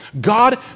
God